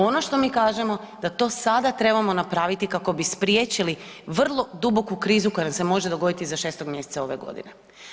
Ono što mi kažemo da to sada trebamo napraviti kako bi spriječili vrlo duboku krizu koja nam se može dogoditi iza 6. mjeseca ove godine.